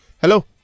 hello